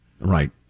Right